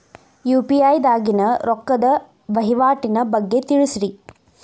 UPI ದಾಗಿನ ರೊಕ್ಕದ ವಹಿವಾಟಿನ ಬಗ್ಗೆ ತಿಳಸ್ರಿ